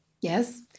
Yes